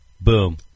Boom